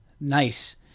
Nice